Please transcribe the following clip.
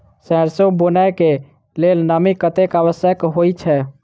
सैरसो बुनय कऽ लेल नमी कतेक आवश्यक होइ छै?